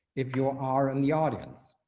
if you are in the audience.